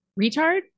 Retard